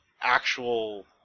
actual